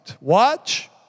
Watch